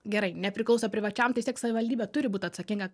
gerai nepriklauso privačiam tiesiog savivaldybė turi būt atsakinga